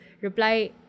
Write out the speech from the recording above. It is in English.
Reply